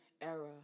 era